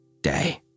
day